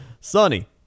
Sunny